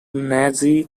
nazi